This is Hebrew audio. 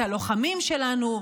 את הלוחמים שלנו,